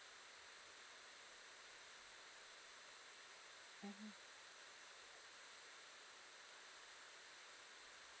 mmhmm